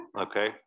okay